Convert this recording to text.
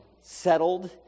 settled